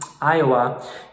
Iowa